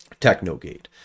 Technogate